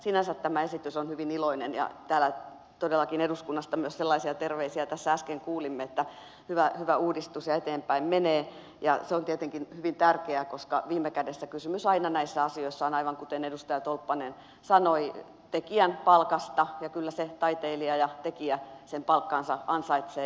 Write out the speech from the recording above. sinänsä tämä esitys on hyvin iloinen asia ja täällä todellakin eduskunnasta myös sellaisia terveisiä tässä äsken kuulimme että hyvä uudistus ja eteenpäin menee ja se on tietenkin hyvin tärkeää koska viime kädessä kysymys aina näissä asioissa on aivan kuten edustaja tolppanen sanoi tekijän palkasta ja kyllä se taiteilija ja tekijä sen palkkansa ansaitsee